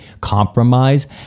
Compromise